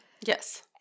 Yes